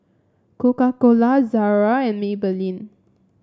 Coca Cola Zara and Maybelline